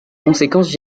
conséquences